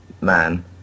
Man